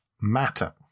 matter